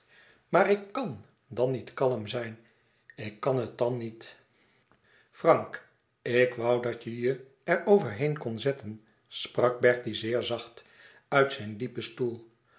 maar ik kàn dan niet kalm zijn ik kàn het dan niet frank ik woû dat je je er over heen kon zetten sprak bertie zeer zacht uit zijn diepen stoel